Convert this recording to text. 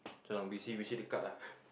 this one we see we see the card lah